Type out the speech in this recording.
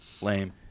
Lame